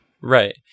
right